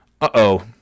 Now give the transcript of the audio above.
Uh-oh